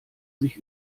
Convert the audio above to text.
sich